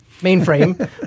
mainframe